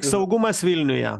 saugumas vilniuje